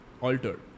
altered